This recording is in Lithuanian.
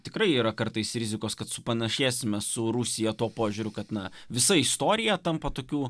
tikrai yra kartais rizikos kad supanašėsime su rusija tuo požiūriu kad na visa istorija tampa tokių